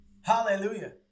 Hallelujah